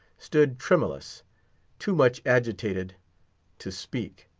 stood tremulous too much agitated to speak.